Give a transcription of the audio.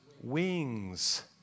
wings